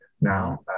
Now